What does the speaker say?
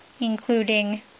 including